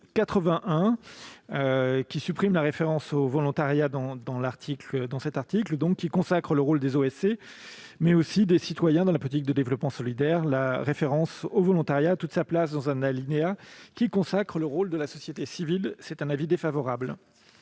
vise à supprimer la référence au volontariat dans cet article qui consacre le rôle des OSC, mais aussi des citoyens, dans la politique de développement solidaire. La référence au volontariat a pourtant toute sa place dans un alinéa qui consacre le rôle de la société civile. Avis défavorable.